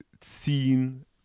seen